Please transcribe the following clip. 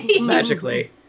magically